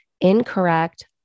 incorrect